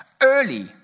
early